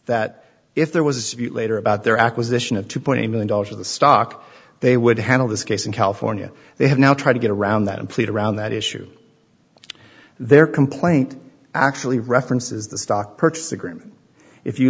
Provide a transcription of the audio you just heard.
that if there was later about their acquisition of two point eight million dollars of the stock they would handle this case in california they have now tried to get around that and played around that issue their complaint actually references the stock purchase agreement if you